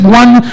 one